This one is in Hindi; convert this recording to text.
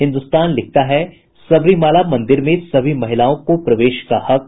हिन्दुस्तान लिखता है सबरीमाला मंदिर में सभी महिलाओं को प्रवेश का हक